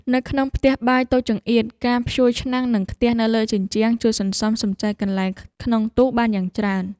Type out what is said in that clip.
នៅក្នុងផ្ទះបាយតូចចង្អៀតការព្យួរឆ្នាំងនិងខ្ទះនៅលើជញ្ជាំងជួយសន្សំសំចៃកន្លែងក្នុងទូបានយ៉ាងច្រើន។